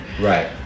right